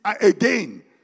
again